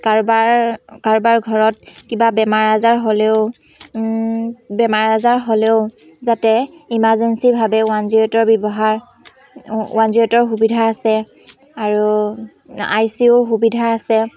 কাৰোবাৰ কাৰোবাৰ ঘৰত কিবা বেমাৰ আজাৰ হ'লেও বেমাৰ আজাৰ হ'লেও যাতে ইমাৰ্জেঞ্চীভাৱে ওৱান জিৰ' এইটৰ ব্যৱহাৰ ওৱান জিৰ' এইটৰ সুবিধা আছে আৰু আই চি ইউ সুবিধা আছে